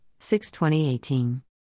6-2018